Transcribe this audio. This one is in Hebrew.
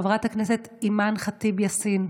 חברת הכנסת אימאן ח'טיב יאסין,